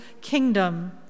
kingdom